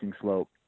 slope